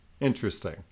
Interesting